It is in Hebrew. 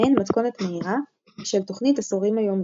מעין מתכונת מהירה של תוכנית עשורים היומית,